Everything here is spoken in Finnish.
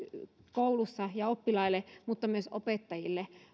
koulussa ja oppilaille mutta myös opettajille